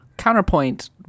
Counterpoint